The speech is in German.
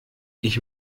ich